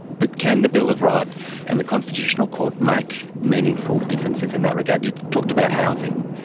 but can the bill of rights and the constitutional court make meaningful differences in that regard? you've talked about housing.